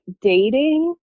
dating